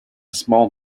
small